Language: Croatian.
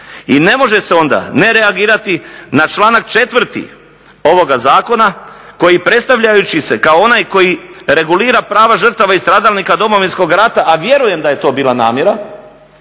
I ne može se onda ne reagirati na članak 4. ovoga zakona koji predstavljajući se kao onaj koji regulira prava žrtava i stradalnika Domovinskog rata, a vjerujem da je to bila namjera